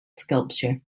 sculpture